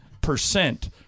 percent